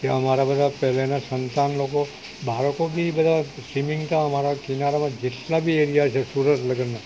ત્યાં અમારા બધા પહેલેનાં સંતાન લોકો બાળકો બી બધા સ્વિમિંગ તો અમારા કિનારામાં જેટલા બી એરિયા છે સુરત લગી ના